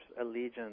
allegiance